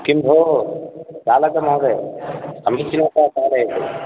किं भो चालकमहोदय समीचीनतया चालयतु